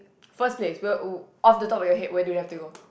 first place where off the top of your head where do they have to go